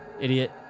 Idiot